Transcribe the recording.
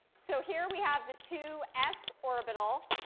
so here we have the two s orbital.